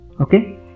Okay